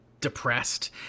depressed